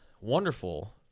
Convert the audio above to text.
wonderful